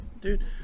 Dude